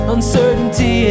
Uncertainty